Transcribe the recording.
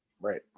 Right